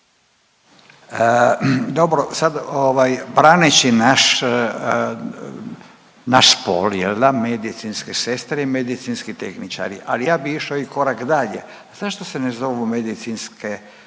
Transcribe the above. Dobro, sad braneći naš spol jel' da medicinske sestre i medicinski tehničari, ali ja bih išao i korak dalje. Zašto se ne zovu medicinske